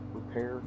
repair